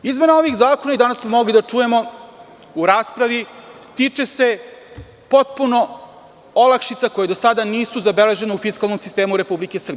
Izmena ovih zakona, danas smo mogli da čujemo u raspravi, tiče se potpuno olakšica koje do sada nisu zabeležene u fiskalnom sistemu RS.